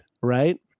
right